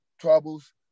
Troubles